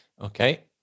Okay